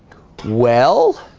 well